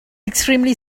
extremely